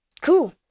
Cool